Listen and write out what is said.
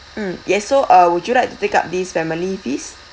mm yes so uh would you like to take up this family feast